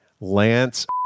Lance